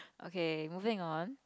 okay moving on